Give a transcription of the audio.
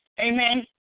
Amen